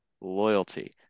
loyalty